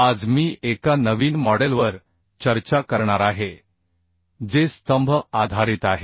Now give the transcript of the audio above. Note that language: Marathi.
आज मी एका नवीन मॉडेलवर चर्चा करणार आहे जे स्तंभ आधारित आहे